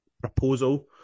proposal